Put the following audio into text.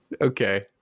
Okay